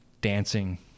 dancing